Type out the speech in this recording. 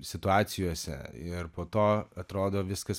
situacijose ir po to atrodo viskas